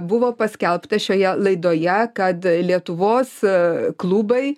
buvo paskelbta šioje laidoje kad lietuvos a klubai